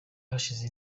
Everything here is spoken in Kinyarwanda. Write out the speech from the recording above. hashize